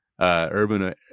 Urban